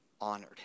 honored